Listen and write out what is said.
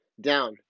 down